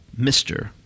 Mr